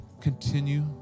continue